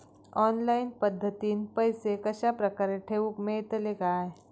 Online पद्धतीन पैसे कश्या प्रकारे ठेऊक मेळतले काय?